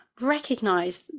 recognize